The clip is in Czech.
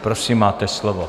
Prosím, máte slovo.